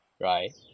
Right